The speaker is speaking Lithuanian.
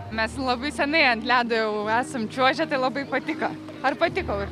mes jau labai senai ant ledo jau esam čiuožę tai labai patiko ar patiko